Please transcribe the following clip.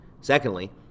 Secondly